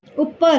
ਉੱਪਰ